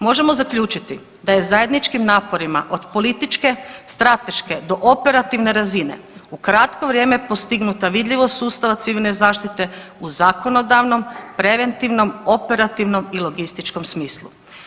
Možemo zaključiti da je zajedničkim naporima od političke, strateške do operativne razine u kratko vrijeme postignuta vidljivost sustava civilne zaštite u zakonodavnom, preventivnom, operativnom i logističkom smislu.